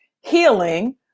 healing